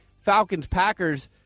Falcons-Packers